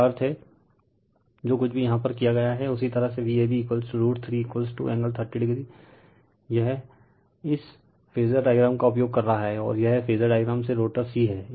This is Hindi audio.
जिसका अर्थ है जो कुछ भी यहाँ पर किया गया हैं उसी तरह Vab रूट 3 एंगल 30o यह इस फेजर डायग्राम का उपयोग कर रहा है और यह फेजर डायग्राम से रोटर c है